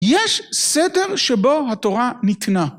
יש סדר שבו התורה ניתנה.